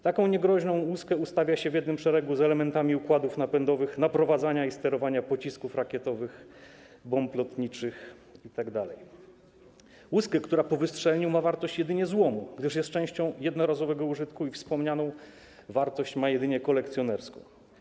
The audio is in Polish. Taką niegroźną łuskę ustawia się w jednym szeregu z elementami układów napędowych, naprowadzania i sterowania pocisków rakietowych, bomb lotniczych itd. Łuskę, która po wystrzeleniu ma wartość jedynie złomu, gdyż jest częścią jednorazowego użytku i ma tylko wartość kolekcjonerską.